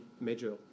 major